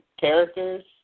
characters